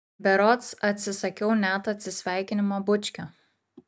berods atsisakiau net atsisveikinimo bučkio